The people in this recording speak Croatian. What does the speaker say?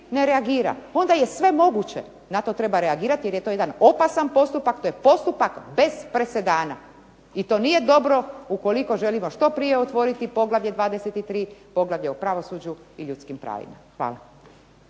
ne reagira, onda je sve moguće. Na to treba reagirati to je jedan opasan postupak, to je postupak bez presedana. I to nije dobro ukoliko želimo što prije otvoriti poglavlje 23. poglavlje o pravosuđu i ljudskim pravima. Hvala.